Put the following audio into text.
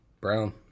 Brown